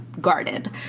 guarded